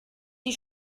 die